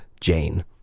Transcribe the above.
Jane